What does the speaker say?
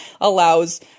allows